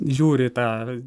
žiūri į tą